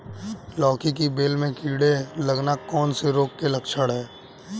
लौकी की बेल में कीड़े लगना कौन से रोग के लक्षण हैं?